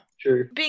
True